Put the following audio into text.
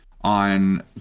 on